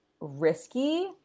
risky